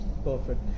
Perfect